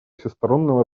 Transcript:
всестороннего